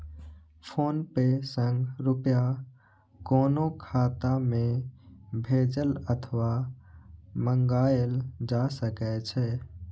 PhonePe सं रुपया कोनो खाता मे भेजल अथवा मंगाएल जा सकै छै